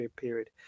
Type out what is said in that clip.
period